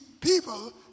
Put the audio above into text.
people